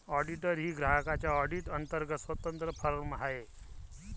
auditor ही ग्राहकांच्या audit अंतर्गत स्वतंत्र फर्म आहे